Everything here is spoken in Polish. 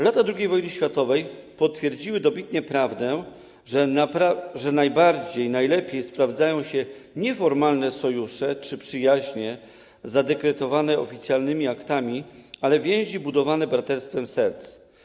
Lata II wojny światowej potwierdziły dobitnie prawdę, że najbardziej, najlepiej sprawdzają się nie formalne sojusze czy przyjaźnie zadekretowane oficjalnymi aktami, ale więzi budowane braterstwem serc.